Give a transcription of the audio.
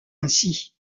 ainsi